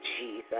Jesus